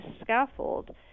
scaffold